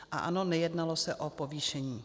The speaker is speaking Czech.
A ano, nejednalo se o povýšení.